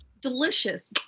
delicious